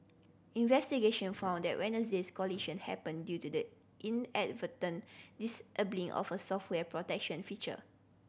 investigation found that Wednesday's collision happened due to the inadvertent disabling of a software protection feature